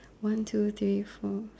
one two three four